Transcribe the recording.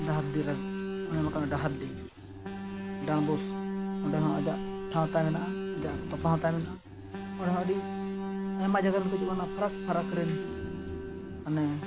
ᱰᱟᱦᱟᱨᱰᱤ ᱨᱮ ᱚᱱᱮ ᱚᱱᱠᱟ ᱰᱟᱦᱟᱨᱰᱤ ᱰᱟᱰᱵᱳᱥ ᱚᱸᱰᱮ ᱦᱚᱸ ᱟᱡᱟᱜ ᱴᱷᱟᱶ ᱦᱚᱸᱛᱟᱭ ᱢᱮᱱᱟᱜᱼᱟ ᱟᱡᱟᱜ ᱛᱚᱯᱟ ᱦᱚᱸᱛᱟᱭ ᱢᱮᱱᱟᱜᱼᱟ ᱚᱸᱰᱮ ᱦᱚᱸ ᱟᱹᱰᱤ ᱟᱭᱢᱟ ᱡᱟᱭᱜᱟ ᱨᱮᱱ ᱠᱚ ᱦᱤᱡᱩᱜ ᱠᱟᱱᱟ ᱯᱷᱟᱨᱟᱠ ᱯᱷᱟᱨᱟᱠ ᱨᱤᱱ ᱢᱟᱱᱮ